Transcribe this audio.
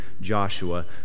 Joshua